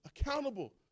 accountable